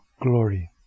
glory